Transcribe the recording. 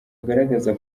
agaragaza